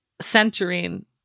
centering